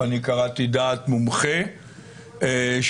אני קראתי דעת מומחה שאומר: